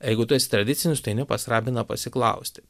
jeigu tu esi tradicinis tu eini pas rabiną pasiklausti